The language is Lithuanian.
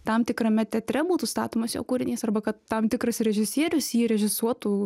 tam tikrame teatre būtų statomas jo kūrinys arba kad tam tikras režisierius jį režisuotų